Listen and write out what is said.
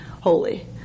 holy